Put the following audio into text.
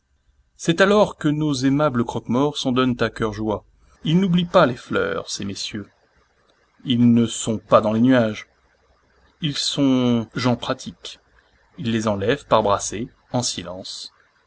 c'est alors que nos aimables croquemorts s'en donnent à cœur joie ils n'oublient pas les fleurs ces messieurs ils ne sont pas dans les nuages ils sont gens pratiques ils les enlèvent par brassées en silence